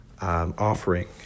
offering